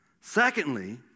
Secondly